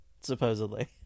supposedly